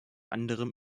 anderem